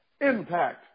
impact